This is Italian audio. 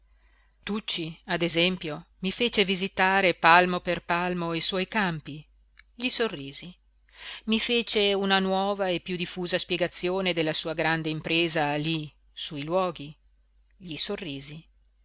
tucci ad esempio mi fece visitare palmo per palmo i suoi campi gli sorrisi i fece una nuova e piú diffusa spiegazione della sua grande impresa lí su i luoghi gli sorrisi